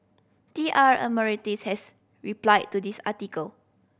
T R Emeritus has replied to this article